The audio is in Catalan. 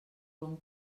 bon